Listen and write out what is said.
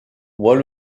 voit